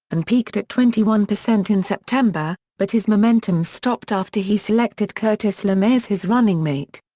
and peaked at twenty one percent in september, but his momentum stopped after he selected curtis lemay as his running mate.